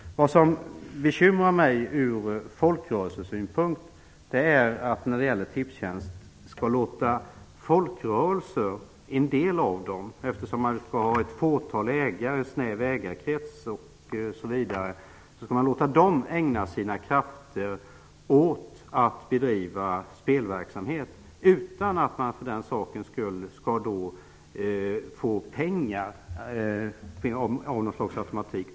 Vad som bekymrar mig ur folkrörelsesynpunkt är att man skall låta en del av folkrörelserna ägna sina krafter åt att bedriva spelverksamhet utan att de för den sakens skull får pengar med någon automatik.